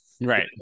right